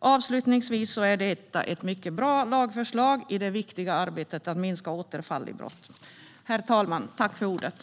Avslutningsvis vill jag säga att detta är ett mycket bra lagförslag i det viktiga arbetet med att minska återfall i brott.